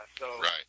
Right